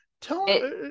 tell